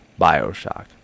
Bioshock